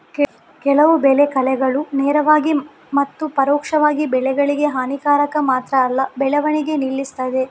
ಕೆಲವು ಬೆಳೆ ಕಳೆಗಳು ನೇರವಾಗಿ ಮತ್ತು ಪರೋಕ್ಷವಾಗಿ ಬೆಳೆಗಳಿಗೆ ಹಾನಿಕಾರಕ ಮಾತ್ರ ಅಲ್ಲ ಬೆಳವಣಿಗೆ ನಿಲ್ಲಿಸ್ತದೆ